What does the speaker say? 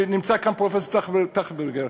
נמצא פה פרופסור טרכטנברג,